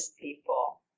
people